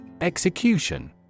Execution